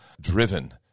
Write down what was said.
driven